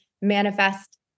manifest